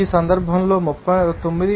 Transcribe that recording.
ఈ సందర్భంలో 39